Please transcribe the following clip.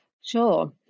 Sure